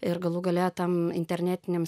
ir galų gale tam internetiniam